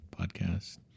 podcast